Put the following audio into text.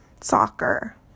Soccer